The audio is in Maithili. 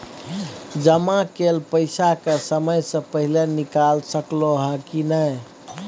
जमा कैल पैसा के समय से पहिले निकाल सकलौं ह की नय?